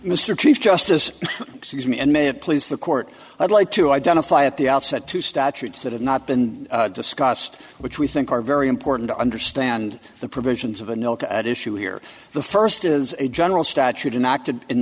justice me and may have please the court i'd like to identify at the outset two statutes that have not been discussed which we think are very important to understand the provisions of a note at issue here the first is a general statute in